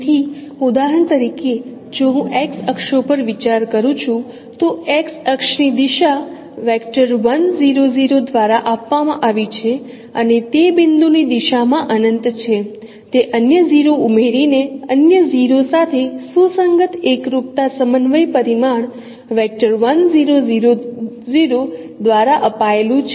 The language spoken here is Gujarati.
તેથી ઉદાહરણ તરીકે જો હું X અક્ષો પર વિચાર કરું છું તો એક્સ અક્ષની દિશા દ્વારા આપવામાં આવી છે અને તે બિંદુ ની દિશા માં અનંત છે તે અન્ય 0 ઉમેરીને અન્ય 0 સાથે સુસંગત એકરૂપતા સમન્વય પરિમાણ દ્વારા અપાયેલું છે